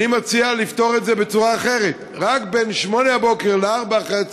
אני מציע לפתור את זה בצורה אחרת: רק בין 08:00 ל-16:00,